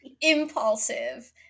impulsive